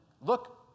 look